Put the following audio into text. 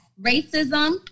racism